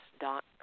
dot